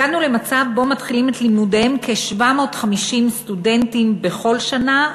הגענו למצב שבו מתחילים את לימודיהם כ-750 סטודנטים בכל שנה,